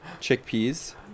chickpeas